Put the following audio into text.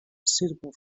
suitable